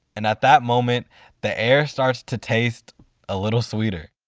and at that moment the air starts to taste a little sweeter.